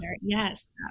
yes